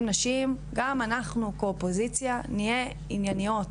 נשים גם אנחנו כאופוזיציה נהיה ענייניות.